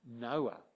Noah